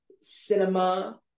cinema